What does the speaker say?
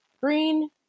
green